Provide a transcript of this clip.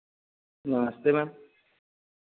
नमस्ते मैम